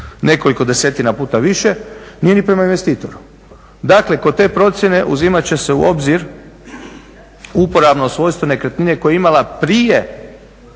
nekoliko desetina puta više, nije ni prema investitoru. Dakle, kod te procjene uzimati će se u obzir uporabno svojstvo nekretnine koja je imala prije